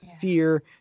fear